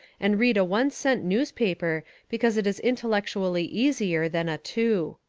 and read a one-cent news paper because it is intellectually easier than a two.